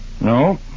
No